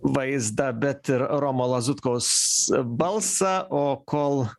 vaizdą bet ir romo lazutkos balsą o kol